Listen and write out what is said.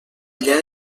allà